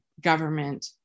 government